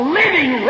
living